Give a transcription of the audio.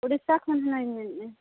ᱚᱲᱤᱥᱥᱟ ᱠᱷᱚᱱ ᱦᱩᱱᱟᱹᱝ ᱤᱧ ᱢᱮᱱᱮᱫᱼᱟ